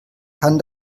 kann